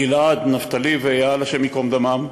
גיל-עד, נפתלי ואיל, השם ייקום דמם,